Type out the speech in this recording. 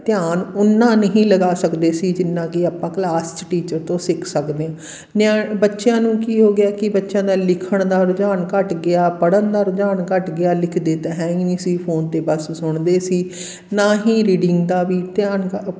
ਧਿਆਨ ਓਨਾ ਨਹੀਂ ਲਗਾ ਸਕਦੇ ਸੀ ਜਿੰਨਾ ਕਿ ਆਪਾਂ ਕਲਾਸ 'ਚ ਟੀਚਰ ਤੋਂ ਸਿੱਖ ਸਕਦੇ ਨਿਆ ਬੱਚਿਆਂ ਨੂੰ ਕੀ ਹੋ ਗਿਆ ਕਿ ਬੱਚਿਆਂ ਦਾ ਲਿਖਣ ਦਾ ਰੁਝਾਨ ਘੱਟ ਗਿਆ ਪੜ੍ਹਨ ਦਾ ਰੁਝਾਨ ਘੱਟ ਗਿਆ ਲਿਖਦੇ ਤਾਂ ਹੈ ਹੀ ਨਹੀਂ ਸੀ ਫ਼ੋਨ 'ਤੇ ਬਸ ਸੁਣਦੇ ਸੀ ਨਾ ਹੀ ਰੀਡਿੰਗ ਦਾ ਵੀ ਧਿਆਨ ਘ